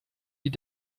die